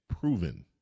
Proven